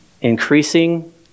increasing